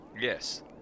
Yes